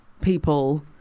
people